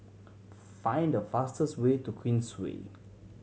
find the fastest way to Queensway